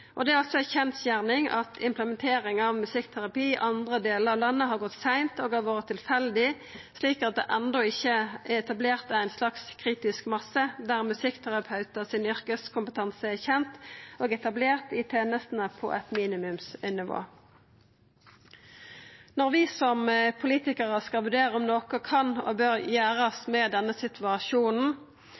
landet. Det er altså ei kjensgjerning at implementering av musikkterapi i andre delar av landet har gått seint og vore tilfeldig, slik at det enno ikkje er etablert ein slags kritisk masse der yrkeskompetansen til musikkterapeutar er kjend og etablert i tenestene på eit minimumsnivå. Når vi som politikarar skal vurdera om noko kan og bør gjerast med denne situasjonen,